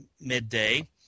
midday